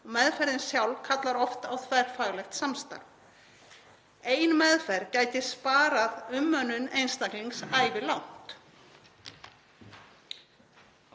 Meðferðin sjálf kallar oft á þverfaglegt samstarf. Ein meðferð gæti sparað umönnun einstaklings ævilangt.